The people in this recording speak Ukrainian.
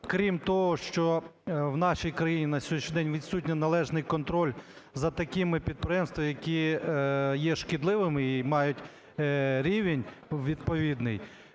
крім того, що в нашій країні на сьогоднішній день відсутній належний контроль за такими підприємствами, які є шкідливими і мають рівень відповідний,